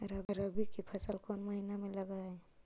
रबी की फसल कोन महिना में लग है?